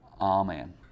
Amen